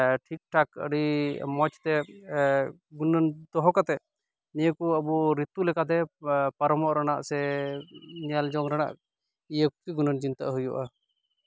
ᱴᱷᱤᱠᱼᱴᱷᱟᱠ ᱟᱹᱰᱤ ᱢᱚᱡᱽ ᱛᱮ ᱜᱩᱱᱟᱹᱱ ᱫᱚᱦᱚ ᱠᱟᱛᱮ ᱱᱤᱭᱟᱹ ᱠᱚ ᱟᱵᱚ ᱨᱤᱛᱩ ᱞᱮᱠᱟᱛᱮ ᱯᱟᱨᱚᱢᱚᱜ ᱨᱮᱱᱟᱜ ᱥᱮ ᱧᱮᱞ ᱡᱚᱝ ᱨᱮᱱᱟᱜ ᱤᱭᱟᱹ ᱠᱚᱜᱮ ᱜᱩᱱᱟᱹᱱ ᱪᱤᱱᱛᱟᱹᱜ ᱦᱩᱭᱩᱜᱼᱟ